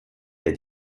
der